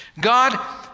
God